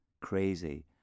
crazy